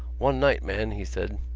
one night, man, he said,